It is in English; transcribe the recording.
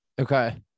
okay